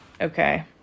Okay